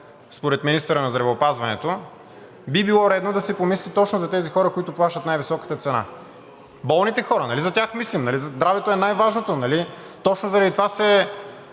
според министъра на здравеопазването, би било редно да се помисли точно за тези хора, които плащат най-високата цена – болните хора. Нали за тях мислим? Нали здравето е най-важното? Нали точно заради това се